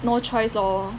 no choice lor